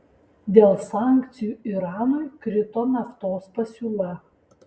dėl sankcijų iranui krito naftos pasiūla